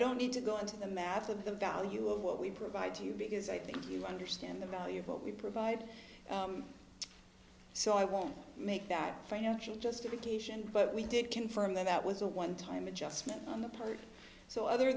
don't need to go into the math of the value of what we provide to you because i think you understand the value of what we provide so i won't make that financial justification but we did confirm that that was a one time adjustment on the part so other